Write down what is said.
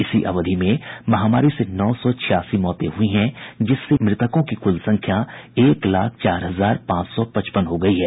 इसी अवधि में महामारी से नौ सौ छियासी मौतें हुई हैं जिससे मृतकों की कुल संख्या एक लाख चार हजार पांच सौ पचपन हो गई है